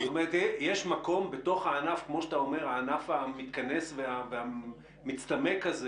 יש מקום בתוך הענף כמו שאתה אומר: הענף המתכנס והמצטמק הזה